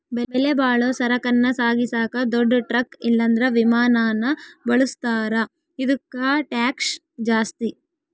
ಬೆಲೆಬಾಳೋ ಸರಕನ್ನ ಸಾಗಿಸಾಕ ದೊಡ್ ಟ್ರಕ್ ಇಲ್ಲಂದ್ರ ವಿಮಾನಾನ ಬಳುಸ್ತಾರ, ಇದುಕ್ಕ ಟ್ಯಾಕ್ಷ್ ಜಾಸ್ತಿ